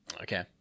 okay